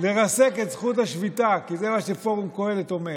את זכות השביתה, כי זה מה שפורום קהלת אומר.